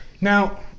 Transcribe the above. Now